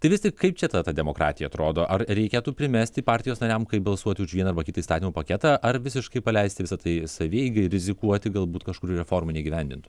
tai vis tik kaip čia ta ta demokratija atrodo ar reikėtų primesti partijos nariam kaip balsuoti už vieną arba kitą įstatymų paketą ar visiškai paleisti visą tai savieigai rizikuoti galbūt kažkurių reformų neįgyvendintų